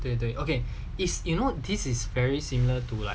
对对 okay is you know this is very similar to like